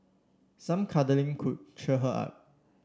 some cuddling could cheer her up